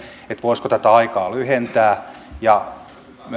voisiko tätä aikaa lyhentää ja